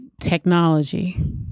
technology